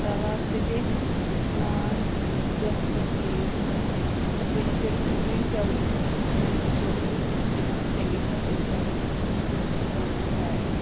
salad تہٕ بیٚیہِ نان دٔہ دٔہ پِیٖس مہربٲنی کٔرِتھ سوٗزِو یِم جلدی تہٕ تِہنٛدۍ پۄنٛسہٕ سوزو أسۍ دِمو أسۍ تَمی ساتہٕ ییٚمہِ ساتہٕ تِم سامان واتن